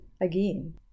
again